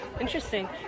Interesting